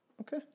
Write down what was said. Okay